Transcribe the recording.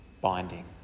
binding